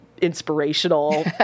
inspirational